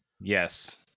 Yes